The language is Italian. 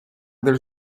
del